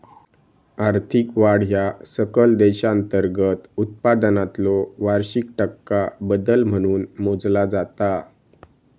आर्थिक वाढ ह्या सकल देशांतर्गत उत्पादनातलो वार्षिक टक्का बदल म्हणून मोजला जाता